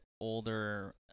older